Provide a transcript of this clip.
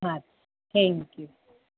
હા thank you